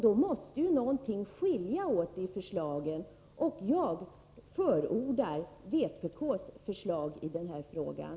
Det måste alltså föreligga någon skillnad i det här avseendet. Jag förordar vpk:s förslag i den här frågan.